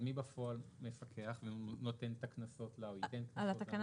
אז מי בפועל מפקח ונותן את הקנסות לנוסעים?